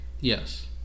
Yes